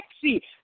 sexy